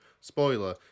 Spoiler